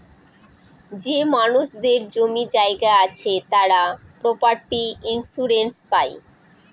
যে মানুষদের জমি জায়গা আছে তারা প্রপার্টি ইন্সুরেন্স পাই